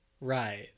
Right